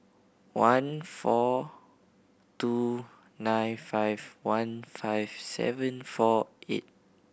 one four two nine five one five seven four eight